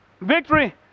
Victory